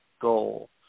goal